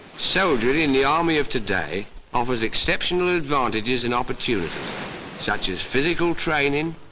soldier in the army of today offers exceptional advantages and opportunities such as physical training,